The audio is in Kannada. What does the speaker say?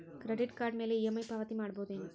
ಕ್ರೆಡಿಟ್ ಕಾರ್ಡ್ ಮ್ಯಾಲೆ ಇ.ಎಂ.ಐ ಪಾವತಿ ಮಾಡ್ಬಹುದೇನು?